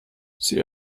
sie